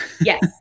Yes